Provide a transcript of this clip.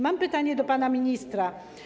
Mam pytanie do pana ministra.